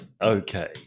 Okay